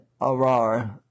Arar